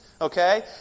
okay